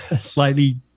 slightly